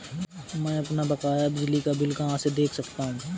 मैं अपना बकाया बिजली का बिल कहाँ से देख सकता हूँ?